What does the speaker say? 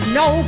no